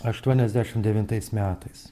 aštuoniasdešimt devintais metais